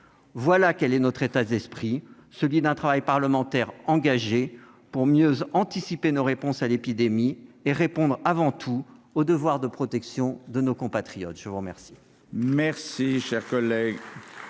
Ehpad. Tel est notre état d'esprit, celui d'un travail parlementaire engagé pour mieux anticiper nos réponses à l'épidémie, et pour répondre avant tout au devoir de protection de nos compatriotes. La parole